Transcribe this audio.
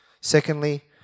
Secondly